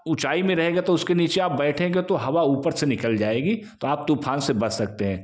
ऊँचाई में रहेगा तो उसके नीचे आप बैठेंगे तो हवा ऊपर से निकल जाएगी तो आप तूफ़ान से बच सकते हैं